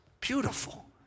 beautiful